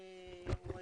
הכלכלה והתעשייה.